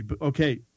Okay